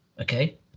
okay